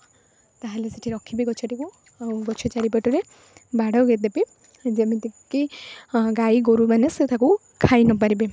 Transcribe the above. ତାହେଲେ ସେଠି ରଖିବି ଗଛଟିକୁ ଆଉ ଗଛ ଚାରିପଟରେ ବାଡ଼ ଦେବି ଯେମିତିକି ଗାଈଗୋରୁମାନେ ସେ ତାକୁ ଖାଇନପାରିବେ ଓ